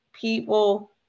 people